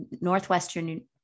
Northwestern